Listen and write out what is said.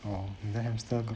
orh 你的 hamster got